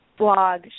blog